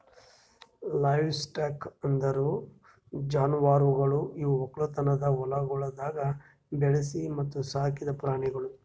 livestock ಅಂದುರ್ ಜಾನುವಾರುಗೊಳ್ ಇವು ಒಕ್ಕಲತನದ ಹೊಲಗೊಳ್ದಾಗ್ ಬೆಳಿಸಿ ಮತ್ತ ಸಾಕಿದ್ ಪ್ರಾಣಿಗೊಳ್